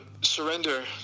surrender